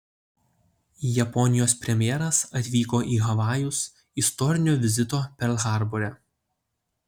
japonijos premjeras atvyko į havajus istorinio vizito perl harbore